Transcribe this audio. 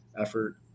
effort